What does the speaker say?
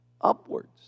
upwards